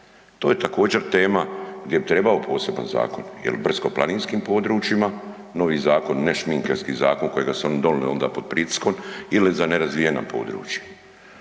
to je također tema gdje bi trebao poseban zakona jel o brdsko-planinskim područjima, novi zakon ne šminkerski zakon koji su oni donili onda pod pritiskom ili za nerazvijena područja.